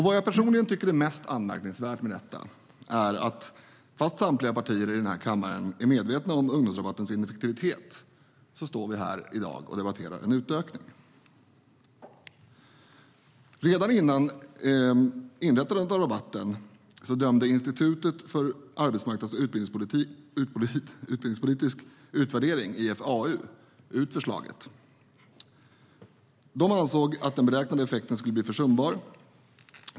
Vad jag personligen tycker är mest anmärkningsvärt med detta är att vi står här i dag och debatterar en utökning av ungdomsrabatten, fast samtliga partier i den här kammaren är medvetna om dess ineffektivitet. Redan vid inrättandet av rabatten dömde Institutet för arbetsmarknadspolitisk utvärdering, IFAU, ut förslaget. De ansåg att den beräknade effekten skulle bli försumbar.